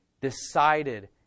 decided